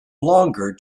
longer